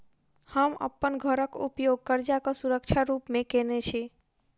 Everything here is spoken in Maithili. हम अप्पन घरक उपयोग करजाक सुरक्षा रूप मेँ केने छी